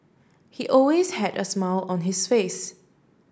he always had a smile on his face